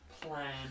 plan